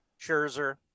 Scherzer